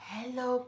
Hello